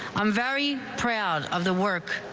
i'm very proud of the work.